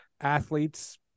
athletes